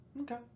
Okay